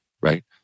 right